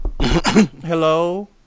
hello